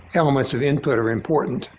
elements of input are important,